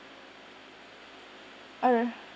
uh